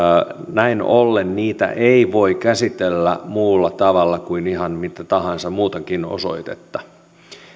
näin ollen niitä ei voi käsitellä muulla tavalla kuin ihan mitä tahansa muutakin osoitetta